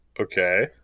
okay